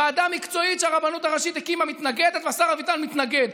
ועדה מקצועית שהרבנות הראשית הקימה מתנגדת והשר אביטן מתנגד.